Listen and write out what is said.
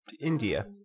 India